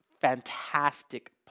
Fantastic